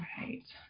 right